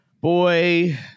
boy